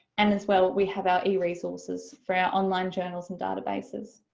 and as well we have our eresources for our online journals and databases.